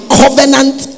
covenant